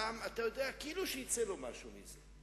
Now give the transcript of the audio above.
לא שיפרת את המענה הטלפוני קודם?